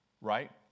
right